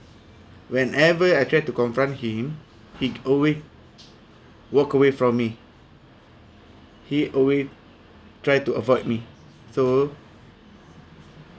whenever I tried to confront him he'd always walk away from me he always try to avoid me so